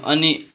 अनि